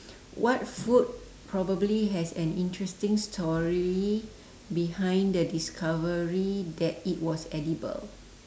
what food probably has an interesting story behind the discovery that it was edible